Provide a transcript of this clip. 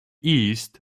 east